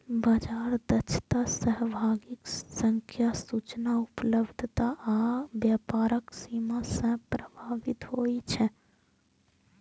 बाजार दक्षता सहभागीक संख्या, सूचना उपलब्धता आ व्यापारक सीमा सं प्रभावित होइ छै